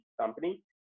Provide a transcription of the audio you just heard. company